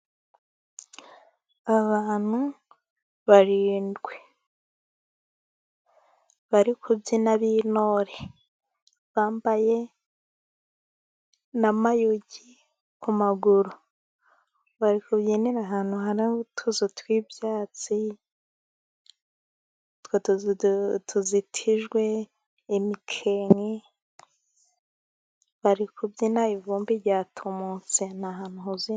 Abantu barindwi bari kubyina b'intore bambaye n'amayugi ku maguru, bari kubyinira ahantu hari utuzu tw'ibyatsi ,utwo tuzu tuzitijwe imikenke barikubyina, ivumbi ryatumutse ni ahantu huzuye.